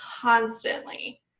constantly